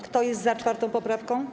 Kto jest za 4. poprawką?